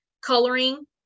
coloring